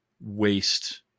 waste